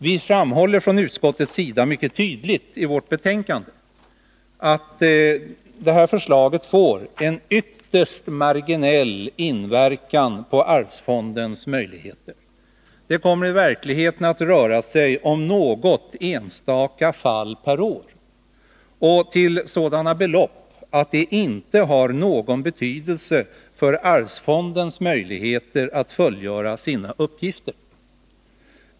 Vi framhåller från utskottets sida mycket tydligt i vårt betänkande att det här förslaget har en ytterst marginell inverkan på arvsfondens möjligheter. Det kommer i verkligheten att röra sig om något enstaka fall per år, och det kan gälla sådana belopp som inte har någon betydelse för arvsfondens möjligheter att lämna understöd.